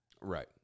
Right